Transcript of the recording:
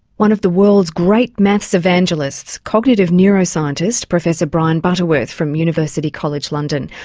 one of the world's great maths evangelists, cognitive neuroscientist professor brian butterworth from university college london,